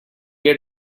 had